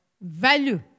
value